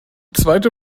zweite